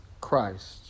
Christ